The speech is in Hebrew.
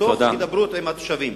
תוך הידברות עם התושבים.